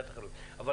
אבל